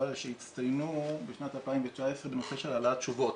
שהצטיינו בשנת 2019 בנושא של העלאת תשובות.